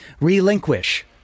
relinquish